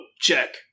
Check